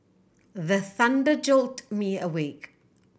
the thunder jolt me awake